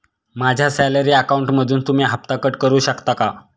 माझ्या सॅलरी अकाउंटमधून तुम्ही हफ्ता कट करू शकता का?